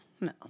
no